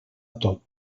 tot